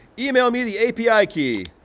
email me the api key,